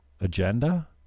agenda